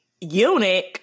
eunuch